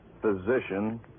physician